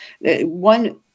One